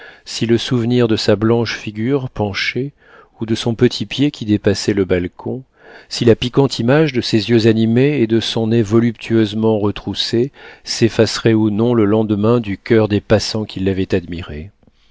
si le souvenir de sa blanche figure penchée ou de son petit pied qui dépassait le balcon si la piquante image de ses yeux animés et de son nez voluptueusement retroussé s'effaceraient ou non le lendemain du coeur des passants qui l'avaient admirée